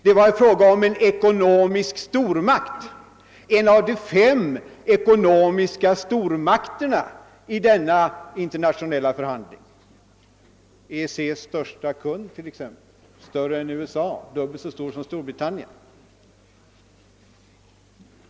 Det var fråga om en ekonomisk stormakt, en av de fem ekonomiska stormakterna vid dessa internationella förhandlingar, EEC:s största kund, större än USA och dubbelt så stor som Storbritannien.